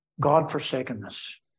God-forsakenness